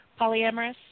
polyamorous